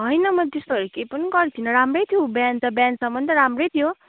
होइन मैले त्यस्तोहरू के पनि गरेको थिइनँ राम्रै थियो उ बिहान त बिहानसम्म त राम्रै थियो